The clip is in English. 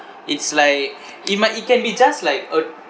it's like it might it can be just like a